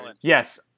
yes